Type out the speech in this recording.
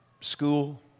school